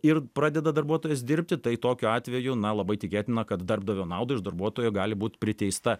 ir pradeda darbuotojas dirbti tai tokiu atveju na labai tikėtina kad darbdavio naudai iš darbuotojo gali būt priteista